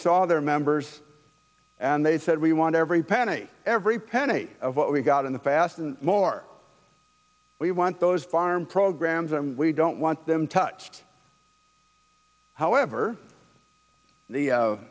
saw their members and they said we want every penny every penny of what we got in the fast and more we want those farm programs and we don't want them touched however the